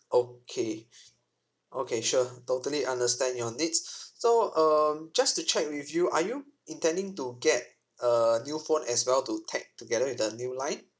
okay okay sure totally understand your needs so um just to check with you are you intending to get a new phone as well to tag together with the new line